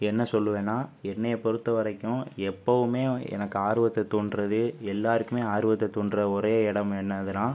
என்ன சொல்லுவேனால் என்னைய பொருத்தவரைக்கும் எப்போதுமே எனக்கு ஆர்வத்தை தூண்டுகிறதே எல்லாேருக்குமே ஆர்வத்தை தூண்டுகிற ஒரே இடம் என்னதுனால்